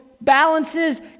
balances